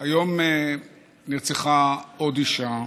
היום נרצחה עוד אישה,